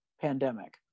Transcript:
pandemic